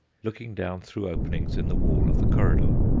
looking down through openings in the wall of the corridor.